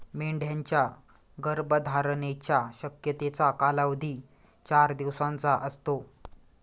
मेंढ्यांच्या गर्भधारणेच्या शक्यतेचा कालावधी चार दिवसांचा असतो